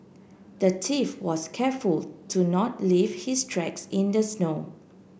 the thief was careful to not leave his tracks in the snow